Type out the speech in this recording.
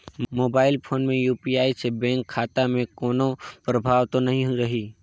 Mobile phone मे UPI से bank खाता मे कोनो प्रभाव तो नइ रही?